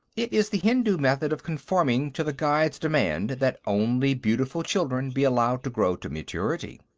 it is the hindu method of conforming to the guide's demand that only beautiful children be allowed to grow to maturity.